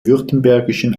württembergischen